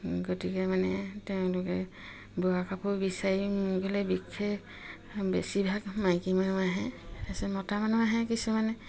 গতিকে মানে তেওঁলোকে বোৱা কাপোৰ বিচাৰি মোৰ ঘৰলে বিশেষ বেছিভাগ মাইকী মানুহ আহে তাৰপিছত মতা মানুহ আহে কিছুমানে